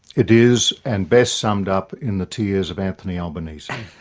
it is, and best summed up in the tears of anthony albanese.